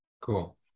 Cool